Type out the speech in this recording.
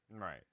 Right